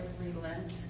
relent